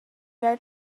were